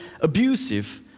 abusive